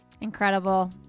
Incredible